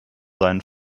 seinen